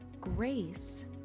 Grace